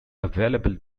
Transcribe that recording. available